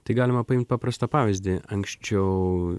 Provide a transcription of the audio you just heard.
tai galima paimt paprastą pavyzdį anksčiau